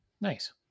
Nice